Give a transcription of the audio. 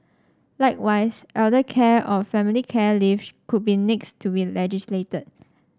likewise elder care or family care leave could be next to be legislated